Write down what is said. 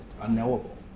unknowable